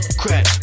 crack